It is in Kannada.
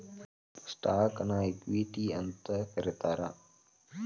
ಸ್ಟಾಕ್ನ ಇಕ್ವಿಟಿ ಅಂತೂ ಕರೇತಾರ